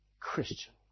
Christian